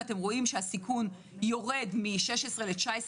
ואתם רואים שהסיכון יורד מ-16 ל-19,